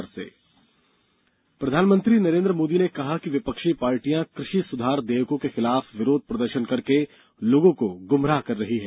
PM बयान प्रधानमंत्री नरेन्द्र मोदी ने कहा है कि विपक्षी पार्टियां कृषि सुधार विधेयकों के खिलाफ विरोध प्रदर्शन करके लोगों को गुमराह कर रही है